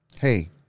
Hey